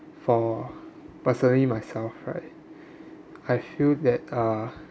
for personally myself right I feel that uh